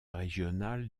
régional